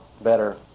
Better